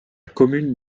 commune